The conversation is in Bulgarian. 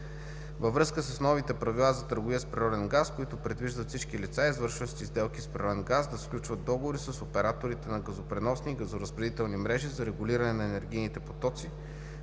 Във връзка с новите Правила за търговия с природен газ, които предвиждат всички лица, извършващи сделки с природен газ, да сключват договори с операторите на газопреносните и газоразпределителните мрежи за регулиране на енергийните потоци,